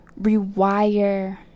Rewire